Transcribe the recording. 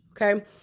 Okay